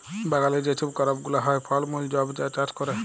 বাগালে যে ছব করপ গুলা হ্যয়, ফল মূল ছব যা চাষ ক্যরে